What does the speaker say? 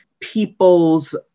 people's